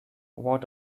what